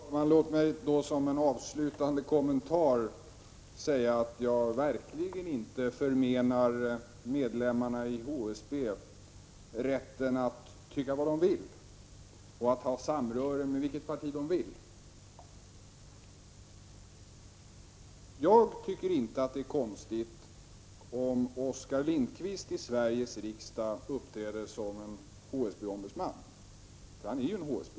Fru talman! Låt mig som en avslutande kommentar säga att jag verkligen inte förmenar medlemmarna i HSB rätten att tycka vad de vill och att ha samröre med vilket parti de vill. Jag tycker inte att det är konstigt om Oskar Lindkvist uppträder som en HSB-ombudsman i Sveriges riksdag, han är ju en HSB-ombudsman.